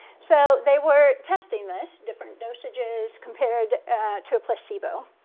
so they were testing this, different dosages compared to a placebo.